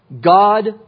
God